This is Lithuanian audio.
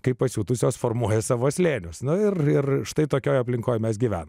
kaip pasiutusios formuoja savo slėnius ir ir štai tokioj aplinkoj mes gyven